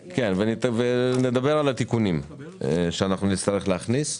ונדבר על התיקונים שנצטרך להכניס.